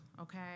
okay